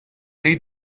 şey